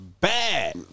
Bad